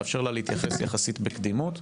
לאפשר לה להתייחס יחסית בקדימות.